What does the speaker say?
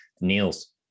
Niels